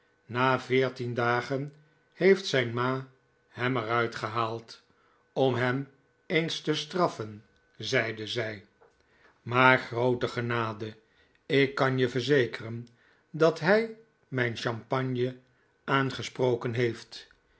na veertien dagen heeft zijn ma hem er uit gehaald om hem eens te straffen zeide zij maar groote genade ik kan je verzekeren dat hij mijn champagne aangesproken heeft